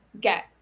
get